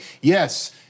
yes